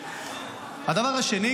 הדבר השני,